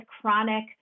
chronic